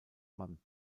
mann